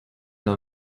los